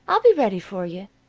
i'll be ready for you.